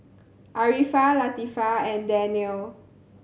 Arifa Latifa and Daniel